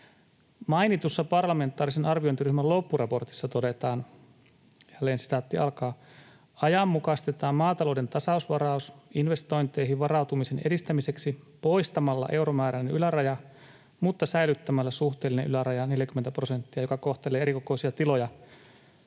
Mainitussa parlamentaarisen arviointiryhmän loppuraportissa todetaan: ”Ajanmukaistetaan maatalouden tasausvaraus investointeihin varautumisen edistämiseksi poistamalla euromääräinen yläraja, mutta säilyttämällä suhteellinen yläraja, 40 prosenttia, joka kohtelee erikokoisia tiloja